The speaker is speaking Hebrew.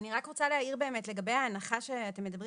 אני רק רוצה להעיר לגבי ההנחה שאתם מדברים